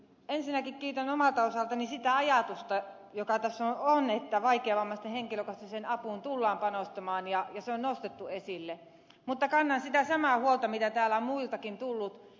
ensinnäkin kiitän omalta osaltani sitä ajatusta joka tässä on että vaikeavammaisten henkilökohtaiseen apuun tullaan panostamaan ja se on nostettu esille mutta kannan sitä samaa huolta mitä täällä on muiltakin tullut